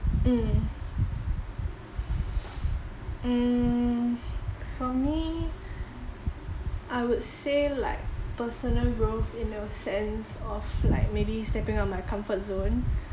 mm mm for me I would say like personal growth in a sense of like maybe stepping out of my comfort zone